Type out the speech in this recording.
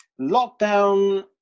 Lockdown